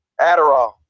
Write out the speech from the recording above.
Adderall